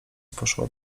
poszła